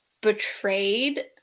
betrayed